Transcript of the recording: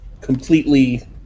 completely